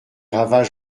ravages